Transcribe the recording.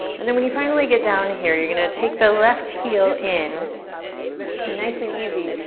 and then when you finally get down here, you're gonna take the left heel in and nice and easy,